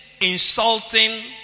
insulting